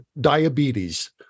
diabetes